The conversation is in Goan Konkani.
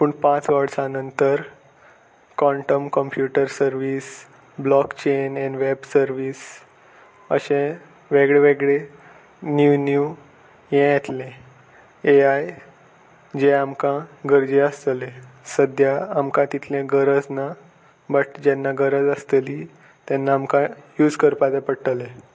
पूण पांच वर्सां नंतर quantum computer service block chain and web service अशे वेगळे वेगळे नीव नीव हें येतलें ए आय जे आमकां गरजे आसतले सद्द्या आमकां तितलें गरज ना बट जेन्ना गरज आसतली तेन्ना आमकां यूज करपाचें पडटले